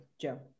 Joe